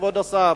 כבוד השר,